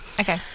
Okay